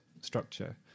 structure